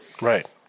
Right